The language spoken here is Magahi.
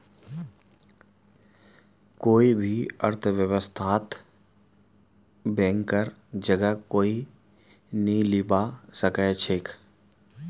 कोई भी अर्थव्यवस्थात बैंकेर जगह कोई नी लीबा सके छेक